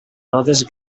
nodes